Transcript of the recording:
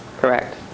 correct